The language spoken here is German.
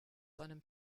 seinem